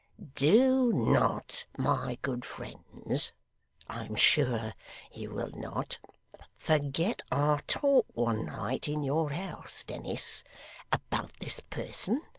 do not, my good friends i am sure you will not forget our talk one night in your house, dennis about this person.